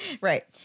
Right